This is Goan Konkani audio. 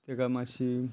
ते ताका मातशी